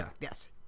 Yes